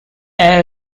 air